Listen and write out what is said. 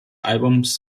albums